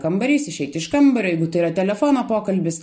kambarys išeiti iš kambario jeigu tai yra telefono pokalbis